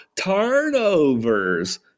turnovers